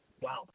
Wow